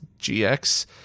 GX